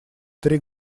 три